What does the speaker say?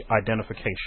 identification